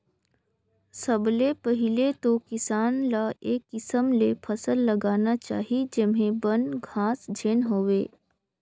सबले पहिले तो किसान ल ए किसम ले फसल लगाना चाही जेम्हे बन, घास झेन होवे